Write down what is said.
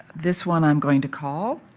this one i'm going to call.